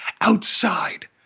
outside